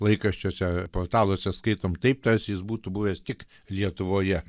laikraščiuose portaluose skaitom taip tarsi jis būtų buvęs tik lietuvoje